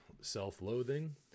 self-loathing